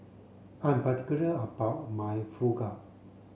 I'm particular about my Fugu